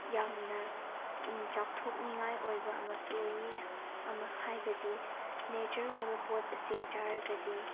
ꯌꯥꯝꯅ ꯆꯥꯎꯊꯣꯛꯅꯤꯡꯉꯥꯏ ꯑꯣꯏꯕ ꯑꯃꯁꯨ ꯑꯣꯏꯌꯦ ꯑꯃ ꯍꯥꯏꯕꯗꯤ ꯅꯦꯆꯔ ꯑꯣꯏꯕ ꯄꯣꯠ ꯑꯁꯤ ꯆꯥꯔꯒꯗꯤ